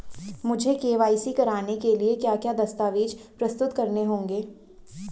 मुझे के.वाई.सी कराने के लिए क्या क्या दस्तावेज़ प्रस्तुत करने होंगे?